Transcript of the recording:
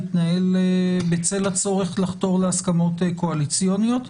יתנהל בצל הצורך לחתור להסכמות קואליציוניות.